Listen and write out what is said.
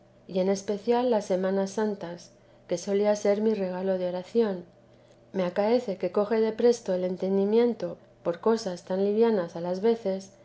más en especial las semanas santas que solía ser mi regalo de oración me acaece que coge de presto el entendimiento por cosas tan livianas a las veces